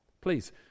Please